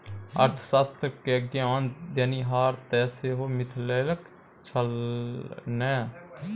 अर्थशास्त्र क ज्ञान देनिहार तँ सेहो मिथिलेक छल ने